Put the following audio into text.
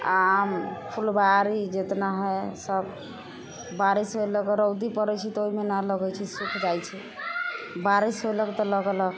आ फुलबारी जितना है सब बारिश होए लागल रौदी पड़ैत छै तऽ ओहिमे नहि लगैत छै सूख जाइत छै बारिश होए लागल तऽ लगलक